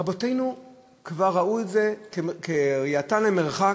רבותינו כבר ראו את זה בראייתם למרחק,